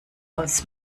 aus